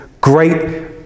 great